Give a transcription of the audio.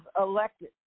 elected